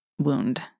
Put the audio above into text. wound